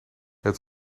het